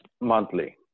monthly